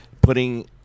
putting